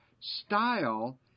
style